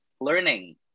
learning